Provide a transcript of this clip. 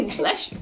flesh